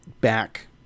back